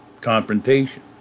confrontation